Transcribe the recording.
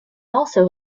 also